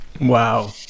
wow